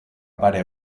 pare